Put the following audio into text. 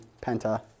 penta